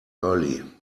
early